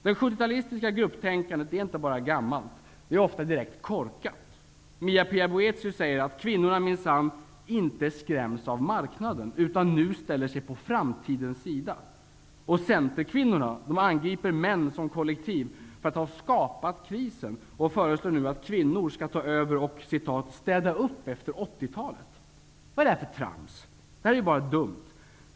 Det 70-talistiska grupptänkandet är inte bara gammalt, det är ofta direkt korkat. Mia-Pia Boethius säger att kvinnorna minsann ''inte skräms av Marknaden, utan nu ställer sig på framtidens sida''. Och centerkvinnorna angriper män som kollektiv för att ha skapat krisen och föreslår nu att kvinnor skall ta över och ''städa upp efter 80-talet''. Vad är det här för trams? Detta är bara dumt.